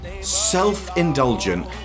self-indulgent